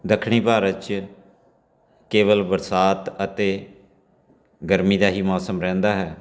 ਦੱਖਣੀ ਭਾਰਤ 'ਚ ਕੇਵਲ ਬਰਸਾਤ ਅਤੇ ਗਰਮੀ ਦਾ ਹੀ ਮੌਸਮ ਰਹਿੰਦਾ ਹੈ